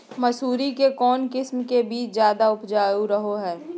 मसूरी के कौन किस्म के बीच ज्यादा उपजाऊ रहो हय?